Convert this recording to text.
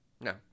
No